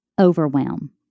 overwhelm